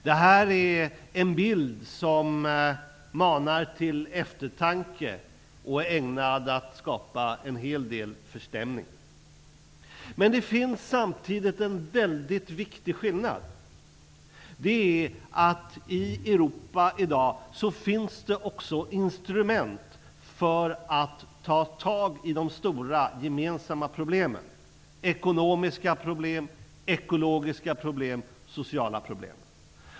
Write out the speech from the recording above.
Det här är en bild som manar till eftertanke och som är ägnad att skapa en hel del förstämning. Men det finns samtidigt en väldigt viktig skillnad. Det är att i Europa i dag finns det också instrument för att ta tag i de stora gemensamma problemen -- ekonomiska problem, ekologiska problem, sociala problem.